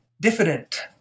diffident